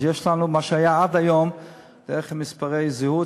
אז יש לנו את מה שהיה עד היום דרך מספרי זהות,